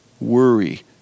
worry